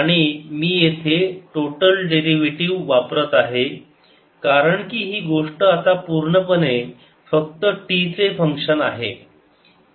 आणि मी येथे टोटल डेरिव्हेटिव्ह वापरत आहे कारण की ही गोष्ट आता पूर्णपणे फक्त t चे फंक्शन आहे